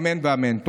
אמן ואמן.